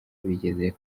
bigeze